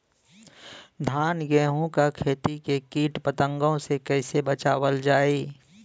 धान गेहूँक खेती के कीट पतंगों से कइसे बचावल जाए?